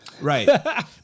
Right